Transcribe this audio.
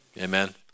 Amen